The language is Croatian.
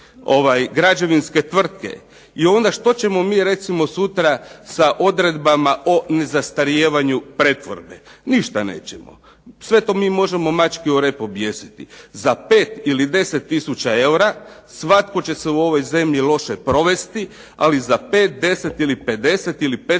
I onda što ćemo mi recimo sutra sa odredbama o …/Govornik se ne razumije./… pretvorbe? Ništa nećemo. Sve to mi možemo mački o rep objesiti. Za 5 ili 10 tisuća eura svatko će se u ovoj zemlji loše provesti, ali za 5, 10 ili 50 ili 500 milijuna eura,